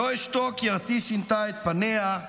"לא אשתוק כי ארצי / שינתה את פניה /